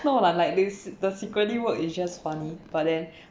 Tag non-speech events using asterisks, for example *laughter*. no lah like this the secretly word is just funny but then *breath*